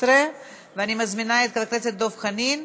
אז אני אומר לכם, די עם זה.